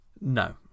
No